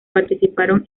participaron